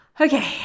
Okay